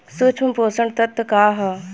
सूक्ष्म पोषक तत्व का ह?